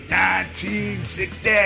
1960